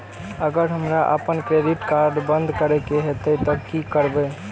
अगर हमरा आपन क्रेडिट कार्ड बंद करै के हेतै त की करबै?